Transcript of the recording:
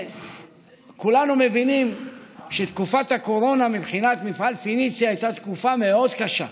כולנו מבינים שתקופת הקורונה מבחינת מפעל פניציה הייתה תקופה מאוד קשה.